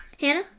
Hannah